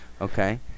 okay